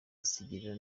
asigira